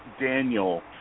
Daniel